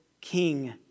king